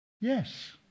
Yes